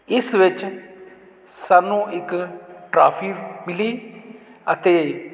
ਇਸ ਵਿੱਚ ਸਾਨੂੰ ਇੱਕ ਟਰਾਫੀ ਮਿਲੀ ਅਤੇ